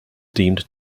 deemed